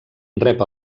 rep